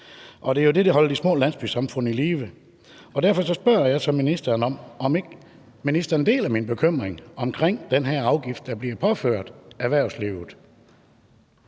det er jo det, der holder de små landsbysamfund i live. Derfor spørger jeg så ministeren om, om ikke ministeren deler min bekymring omkring den her afgift, der bliver påført erhvervslivet.